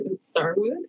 Starwood